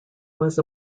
was